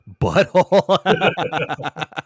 butthole